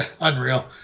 Unreal